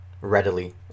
readily